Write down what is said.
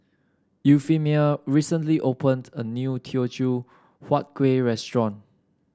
Euphemia recently opened a new Teochew Huat Kueh restaurant